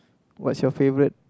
what's your favourite